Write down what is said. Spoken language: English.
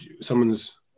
someone's